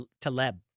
Taleb